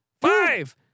Five